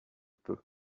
peut